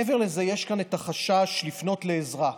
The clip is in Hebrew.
מעבר לזה, יש כאן את החשש לפנות לעזרה.